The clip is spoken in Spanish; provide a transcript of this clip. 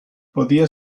podía